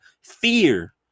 fear